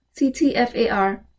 CTFAR